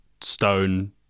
stone